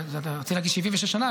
אתה רוצה להגיד 76 שנה,